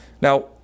Now